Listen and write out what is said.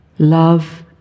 Love